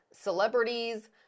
celebrities